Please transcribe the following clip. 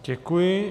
Děkuji.